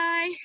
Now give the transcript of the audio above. Bye